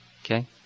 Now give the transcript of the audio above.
Okay